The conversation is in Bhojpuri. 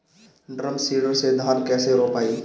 ड्रम सीडर से धान कैसे रोपाई?